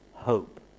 hope